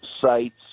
sites